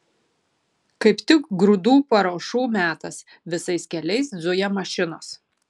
kaip tik grūdų paruošų metas visais keliais zuja mašinos